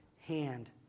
hand